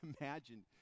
imagine